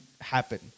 happen